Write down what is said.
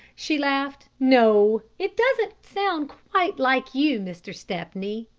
she laughed. no, it doesn't sound quite like you, mr. stepney.